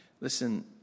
listen